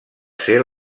ser